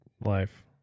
life